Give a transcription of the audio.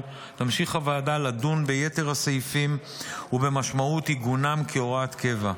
תמשיך הוועדה לדון ביתר הסעיפים ובמשמעות עיגונם כהוראת קבע.